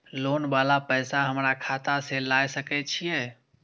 Loan वाला पैसा हमरा खाता से लाय सके छीये?